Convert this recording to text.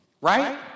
Right